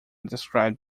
described